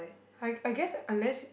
I I guess unless